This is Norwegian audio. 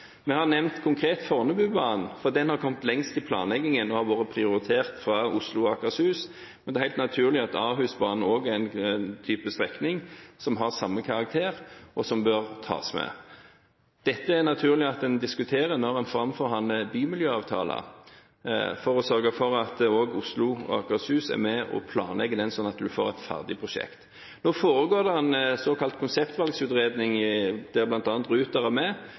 Vi har nevnt konkret Fornebubanen, for den har kommet lengst i planleggingen og har vært prioritert fra Oslo og Akershus, men det er helt naturlig at Ahusbanen også er en type strekning som har samme karakter, og som bør tas med. Dette er det naturlig at en diskuterer når en framforhandler bymiljøavtaler for å sørge for at også Oslo og Akershus er med og planlegger den, sånn at en får et ferdig prosjekt. Nå foregår det en såkalt konseptvalgutredning, der bl.a. Ruter er med,